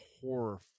horror